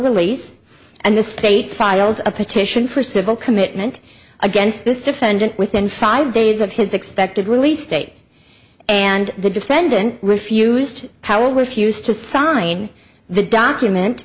release and the state filed a petition for civil commitment against this defendant within five days of his expected release date and the defended refused powell refused to sign the document